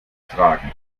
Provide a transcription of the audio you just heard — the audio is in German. tragen